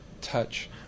touch